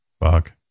Fuck